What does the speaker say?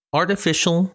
artificial